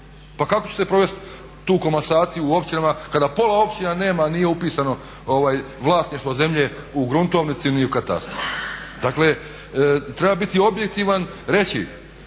Pa kako će se provesti tu komasaciju u općinama kada pola općina nema, nije upisano vlasništvo zemlje u gruntovnici ni u katastru. Dakle, treba biti objektivan, reći